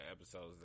episodes